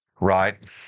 Right